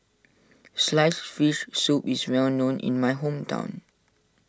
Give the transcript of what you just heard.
Sliced Fish Soup is well known in my hometown